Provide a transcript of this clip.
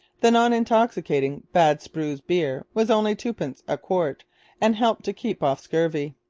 the non-intoxicating bad sproos beer was only twopence a quart and helped to keep off scurvy.